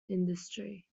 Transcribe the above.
industry